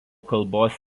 kalbos